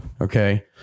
okay